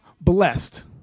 blessed